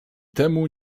temu